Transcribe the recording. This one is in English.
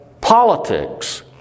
politics